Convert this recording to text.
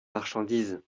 marchandise